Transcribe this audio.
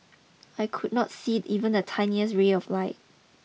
I could not see even the tiniest rear of light